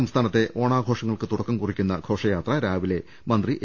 സംസ്ഥാനത്തെ ഓണാഘോഷങ്ങൾക്ക് തുടക്കം കുറിക്കുന്ന ഘോഷ്യാത്ര രാവിലെ മന്ത്രി എ